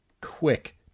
Quick